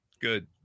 Good